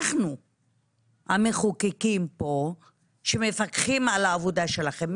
אנחנו המחוקקים פה שמפקחים על העבודה שלכם,